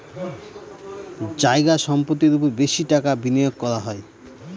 জায়গা সম্পত্তির ওপর বেশি টাকা বিনিয়োগ করা হয়